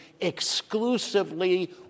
exclusively